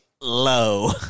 Low